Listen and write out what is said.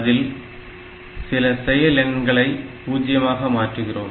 அதில் சில செயல்எண்களை பூஜ்ஜியமாக மாற்றுகிறோம்